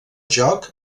joc